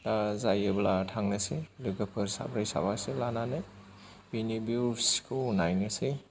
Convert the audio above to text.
दा जायोब्ला थांनोसै लोगोफोर साब्रै साबासो लानानै बिनि भिउसखौ नायनोसै